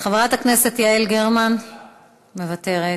חברת הכנסת יעל גרמן, מוותרת.